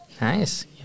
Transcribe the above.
Nice